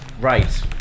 Right